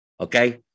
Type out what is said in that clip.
okay